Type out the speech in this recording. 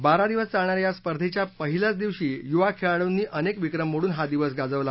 बारा दिवस चालणाऱ्या या स्पर्धेच्या पहिल्याच दिवशी युवा खेळाडूंनी अनेक विक्रम मोडून हा दिवस गाजवला